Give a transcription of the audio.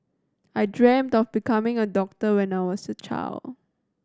I dreamt of becoming a doctor when I was a child